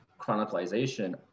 chronicalization